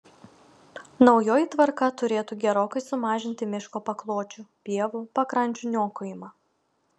naujoji tvarka turėtų gerokai sumažinti miško pakločių pievų pakrančių niokojimą